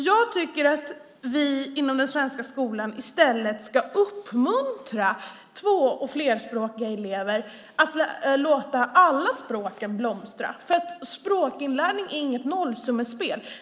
Jag tycker att vi inom den svenska skolan i stället ska uppmuntra två och flerspråkiga elever och låta alla språken blomstra. Språkinlärning är inget nollsummespel.